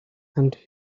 and